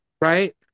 Right